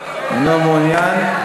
אינו מעוניין.